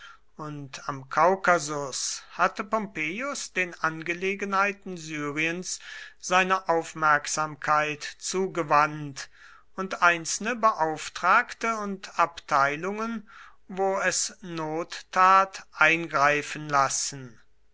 und am kaukasus hatte pompeius den angelegenheiten syriens seine aufmerksamkeit zugewandt und einzelne beauftragte und abteilungen wo es not tat eingreifen lassen